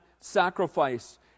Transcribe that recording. sacrifice